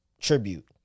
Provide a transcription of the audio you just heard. Tribute